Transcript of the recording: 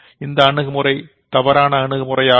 இது தவறான அணுகுமுறையாகும்